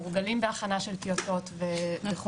מדינות ואנחנו כבר מורגלים בהכנה של טיוטות וכולי,